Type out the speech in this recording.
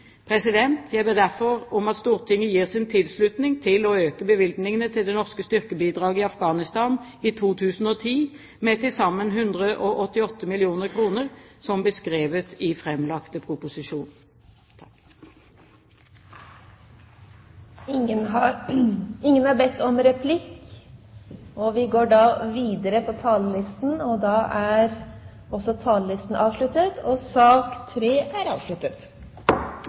Jeg ber derfor om at Stortinget gir sin tilslutning til å øke bevilgningene til det norske styrkebidraget i Afghanistan i 2010 med til sammen 188 mill. kr, som beskrevet i framlagte proposisjon. Flere har ikke bedt om ordet til sak nr. 3. Etter ønske fra utenriks- og forsvarskomiteen vil presidenten foreslå at taletiden begrenses til 45 minutter og